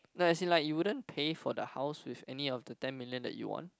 no as in like you wouldn't pay for the house with any of the ten million that you won